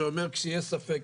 שאומר כשיש ספק,